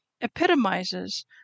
epitomizes